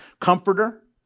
comforter